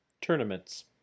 tournaments